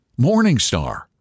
morningstar